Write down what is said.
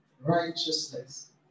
righteousness